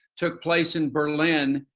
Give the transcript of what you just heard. took place in berlin,